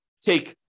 take